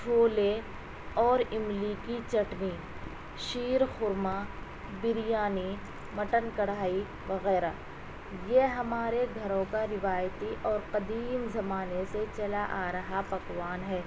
چھولے اور املی کی چٹنی شیرخرما بریانی مٹن کڑھائی وغیرہ یہ ہمارے گھروں کا روایتی اور قدیم زمانے سے چلا آ رہا پکوان ہے